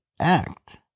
act